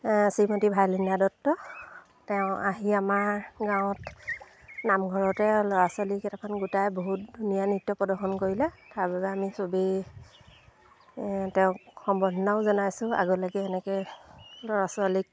শ্ৰীমতী ভায়লিনা দত্ত তেওঁ আহি আমাৰ গাঁৱত নামঘৰতে ল'ৰা ছোৱালী কেইটামান গোটাই বহুত ধুনীয়া নৃত্য প্ৰদৰ্শন কৰিলে তাৰবাবে আমি চবেই তেওঁক সম্বৰ্ধনাও জনাইছোঁ আগলৈকে এনেকৈ ল'ৰা ছোৱালীক